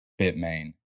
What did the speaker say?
Bitmain